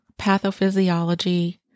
pathophysiology